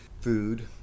food